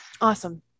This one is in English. Awesome